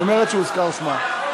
היא אומרת שהוזכר שמה.